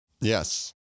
Yes